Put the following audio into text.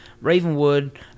Ravenwood